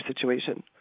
situation